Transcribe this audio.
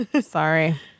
Sorry